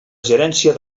gerència